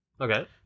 Okay